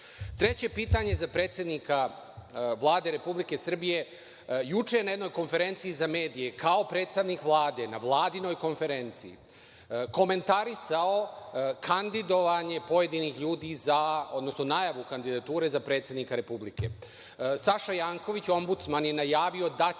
pitanje za predsednika Vlade Republike Srbije, juče je na jednoj konferenciji za medije, kao predstavnik Vlade, na vladinoj konferenciji komentarisao kandidovanje pojedinih ljudi za, odnosno najavu kandidature za predsednika Republike. Saša Janković, ombudsman je najavio da će